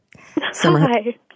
Hi